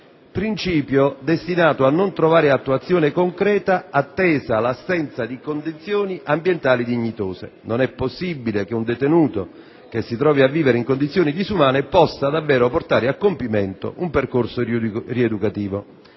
principio destinato a non trovare attuazione concreta, attesa l'assenza di condizioni ambientali dignitose: non è possibile che un detenuto che si trovi e vivere in condizioni disumane possa davvero portare a compimento un percorso rieducativo.